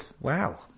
wow